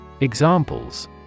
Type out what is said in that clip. Examples